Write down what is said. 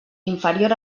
inferior